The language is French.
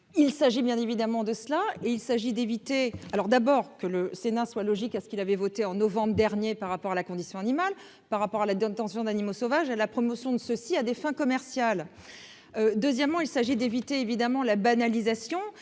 Il s'agit bien évidemment de cela et il s'agit d'éviter. Alors d'abord que le Sénat soit logique à ce qu'il avait voté en novembre dernier par rapport à la condition animale par rapport à la d'intention d'animaux sauvages à la promotion de ceux-ci à des fins commerciales. Deuxièmement il s'agit d'éviter évidemment la banalisation